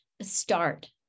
start